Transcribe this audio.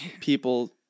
people